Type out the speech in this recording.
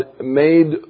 made